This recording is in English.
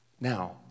Now